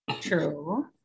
True